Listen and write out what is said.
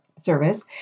service